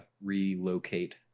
relocate